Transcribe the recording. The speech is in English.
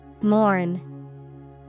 Mourn